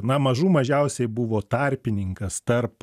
na mažų mažiausiai buvo tarpininkas tarp